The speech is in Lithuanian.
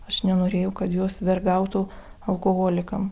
aš nenorėjau kad jos vergautų alkoholikam